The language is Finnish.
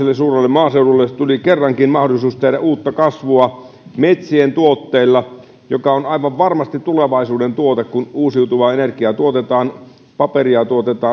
maaseudulle tuli kerrankin mahdollisuus tehdä uutta kasvua metsien tuotteilla puu on aivan varmasti tulevaisuuden tuote kun uusiutuvaa energiaa tuotetaan paperia